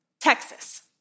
Texas